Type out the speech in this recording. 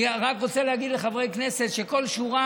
אני רק רוצה להגיד לחברי הכנסת שכל שורה